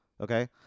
okay